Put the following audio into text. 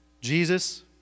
Jesus